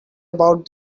about